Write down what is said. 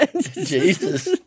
Jesus